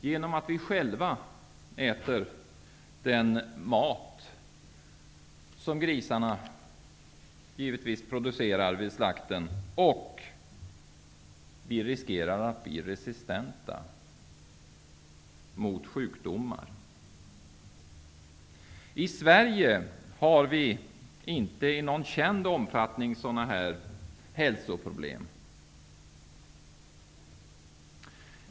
Vi äter själva den mat som producerars från grisarna vid slakten, och vi riskerar att bli resistenta mot antibiotika. I Sverige har vi inte i någon känd omfattning hälsoproblem av det slaget.